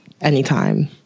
anytime